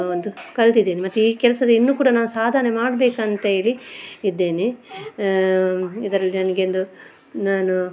ಒಂದು ಕಲ್ತಿದ್ದೇನೆ ಮತ್ತು ಈ ಕೆಲಸದ ಇನ್ನೂ ಕೂಡ ನಾನು ಸಾಧನೆ ಮಾಡ್ಬೇಕಂತ್ಹೇಳಿ ಇದ್ದೇನೆ ಇದರಲ್ಲಿ ನನಗೆ ಒಂದು ನಾನು